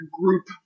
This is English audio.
group